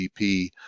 GDP